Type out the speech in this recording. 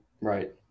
Right